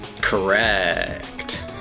Correct